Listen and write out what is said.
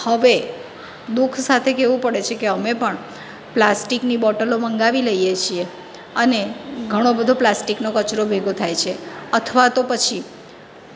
હવે દુખ સાથે કહેવું પડે છે કે અમે પણ પ્લાસ્ટિકની બોટલો મંગાવી લઈએ છીએ અને ઘણો બધો પ્લાસ્ટિકનો કચરો ભેગો થાય છે અથવા તો પછી